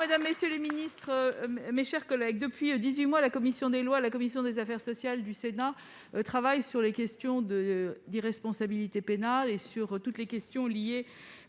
mesdames, messieurs les ministres, mes chers collègues, depuis dix-huit mois, la commission des lois et la commission des affaires sociales du Sénat travaillent sur les questions d'irresponsabilité pénale et d'expertise psychiatrique.